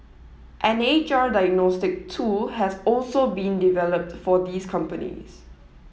an H R diagnostic tool has also been developed for these companies